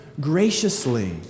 graciously